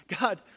God